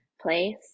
place